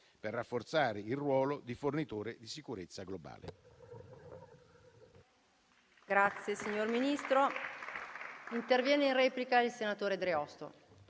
per rafforzare il ruolo di fornitore di sicurezza globale.